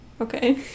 Okay